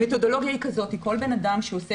המתודולוגיה היא זאת: כל אדם שעושה